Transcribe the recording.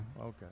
Okay